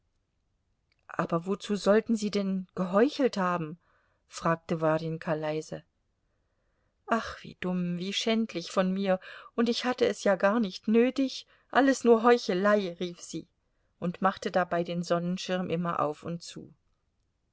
aber wozu sollten sie denn geheuchelt haben fragte warjenka leise ach wie dumm wie schändlich von mir und ich hatte es ja gar nicht nötig alles nur heuchelei rief sie und machte dabei den sonnenschirm immer auf und zu